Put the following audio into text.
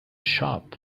shop